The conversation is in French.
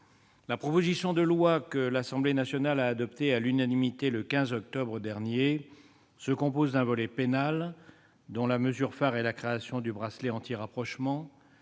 proposition de loi, que l'Assemblée nationale a adoptée à l'unanimité le 15 octobre dernier, se compose d'un volet pénal, dont la mesure phare est la généralisation du bracelet anti-rapprochement,